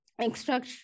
extract